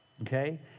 Okay